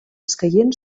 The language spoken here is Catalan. escaient